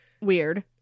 Weird